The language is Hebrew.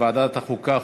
לוועדת החוקה,